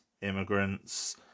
immigrants